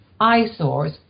eyesores